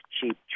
Cheap